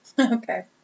Okay